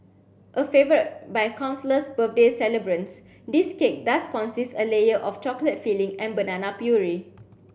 a favourite by countless birthday celebrants this cake does consist a layer of chocolate filling and banana puree